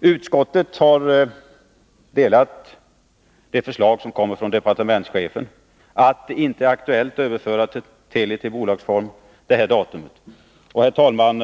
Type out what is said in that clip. Utskottet har anslutit sig till departementschefens mening att det inte är aktuellt att överföra Teli till bolagsform detta datum. Herr talman!